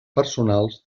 personals